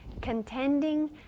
contending